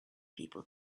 people